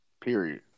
Period